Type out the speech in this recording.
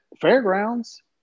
fairgrounds